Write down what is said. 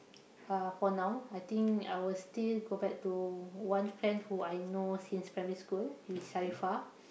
uh for now I think I will still go back to one friend who I know since primary school who is Syarifah